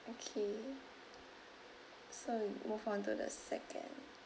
okay so we move on to the second